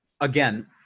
again